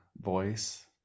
voice